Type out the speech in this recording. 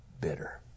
bitter